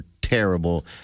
terrible